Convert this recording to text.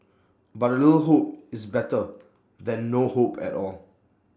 but A little hope is better than no hope at all